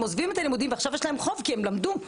עוזבים את הלימודים ועכשיו יש להם חוב כי הם למדו,